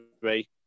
three